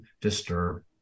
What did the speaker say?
disturb